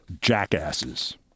jackasses